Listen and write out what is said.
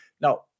now